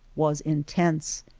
was intense.